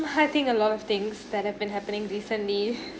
I think a lot of things that have been happening recently